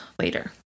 later